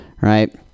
right